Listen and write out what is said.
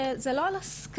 אז היא רצתה בזה.